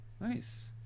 nice